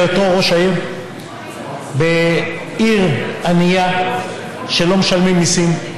בהיותו ראש העיר בעיר ענייה שלא משלמים בה מיסים,